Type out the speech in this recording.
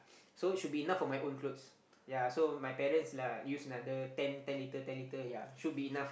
so should be enough for my own clothes ya so my parents lah use another ten litre ten litre ya should be enough